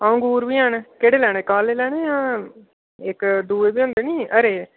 अंगूर बी हैन केह्ड़े लैने काले लैने जां इक दुए बी होंदे नी हरे